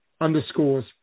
underscores